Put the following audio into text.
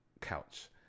couch